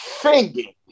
singing